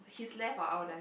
his left or our left